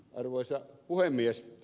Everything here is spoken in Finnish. arvoisa puhemies